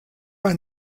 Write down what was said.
ein